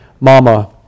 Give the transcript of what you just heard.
mama